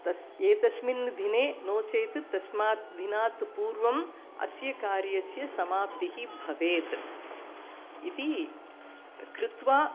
तस् एतस्मिन् दिने नोचेत् तस्मात् दिनात् पूर्वम् अस्य कार्यस्य समाप्तिः भवेत् इति कृत्वा